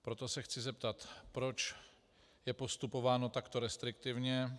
Proto se chci zeptat, proč je postupováno takto restriktivně.